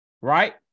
Right